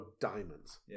diamonds